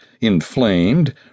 inflamed